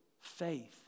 faith